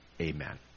Amen